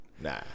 Nah